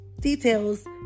details